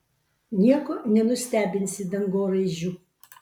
nieko nenustebinsi dangoraižiu